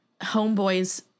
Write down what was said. Homeboys